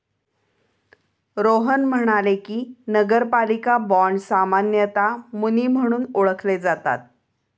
रोहन म्हणाले की, नगरपालिका बाँड सामान्यतः मुनी म्हणून ओळखले जातात